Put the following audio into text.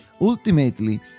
ultimately